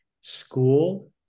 school